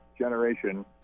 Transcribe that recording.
generation